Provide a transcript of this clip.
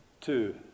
two